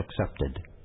accepted